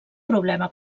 problema